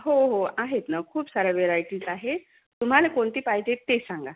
हो हो आहेत ना खूप साऱ्या व्हेरायटीज आहे तुम्हाला कोणती पाहिजे ते सांगा